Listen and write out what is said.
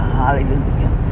hallelujah